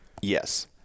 Yes